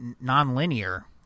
non-linear